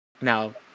Now